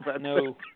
no